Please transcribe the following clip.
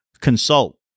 consult